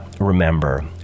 remember